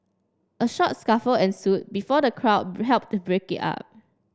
a short scuffle ensue before the crowd help to break it up